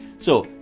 so,